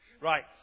Right